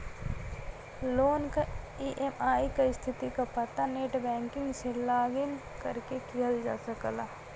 loan क EMI क स्थिति क पता नेटबैंकिंग से लॉगिन करके किहल जा सकला